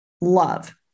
love